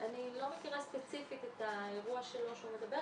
אני לא מכירה ספציפית את האירוע שלו שהוא מדבר